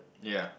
yea